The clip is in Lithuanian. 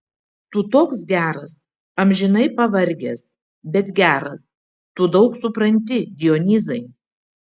tu toks geras amžinai pavargęs bet geras tu daug supranti dionyzai